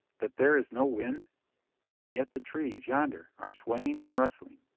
that there is no wind and yet the trees, yonder, are swaying and rustling?